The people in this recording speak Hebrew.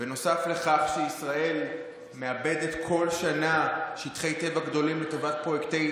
בנוסף לכך ישראל מאבדת כל שנה שטחי טבע גדולים לטובת פרויקטי